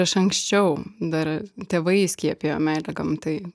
iš anksčiau dar tėvai įskiepijo meilę gamtai